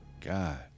God